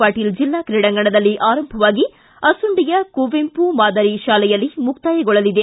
ಪಾಟೀಲ್ ಜಿಲ್ಲಾ ಕ್ರೀಡಾಂಗಣದಲ್ಲಿ ಆರಂಭವಾಗಿ ಅಸುಂಡಿಯ ಕುವೆಂಪು ಮಾದರಿ ಶಾಲೆಯಲ್ಲಿ ಮುಕ್ತಾಯಗೊಳ್ಳಲಿದೆ